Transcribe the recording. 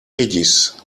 ages